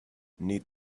need